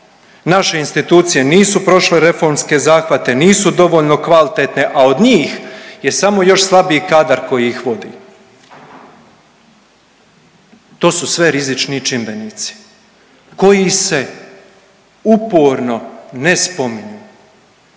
Naše institucije nisu prošle reformske zahvate, nisu dovoljno kvalitetne, a od njih je samo još slabiji kadar koji ih vodi. To su sve rizični čimbenici koji se uporno ne spominju,